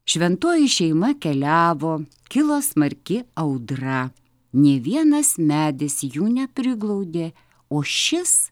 šventoji šeima keliavo kilo smarki audra nei vienas medis jų nepriglaudė o šis